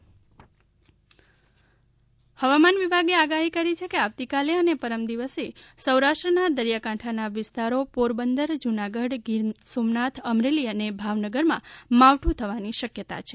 હવામાન સેલ જૂનાગઢ માવઠુ હવામાન વિભાગે આગાહી કરી છે કે આવતીકાલે અને પરમદિવસે સૌરાષ્ટ્રના દરિયાકાંઠાનાં વિસ્તારો પોરબંદર જૂનાગઢ ગીર સોમનાથ અમરેલી અને ભાવનગરમાં માવઠુ થવાની શક્યતા છે